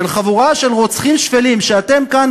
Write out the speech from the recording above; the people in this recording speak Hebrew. של חבורה של רוצחים שפלים שאתם כאן